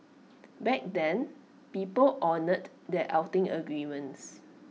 back then people honoured their outing agreements